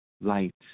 Light